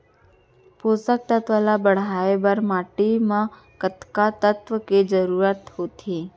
पोसक तत्व ला बढ़ाये बर माटी म कतका तत्व के जरूरत होथे?